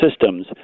systems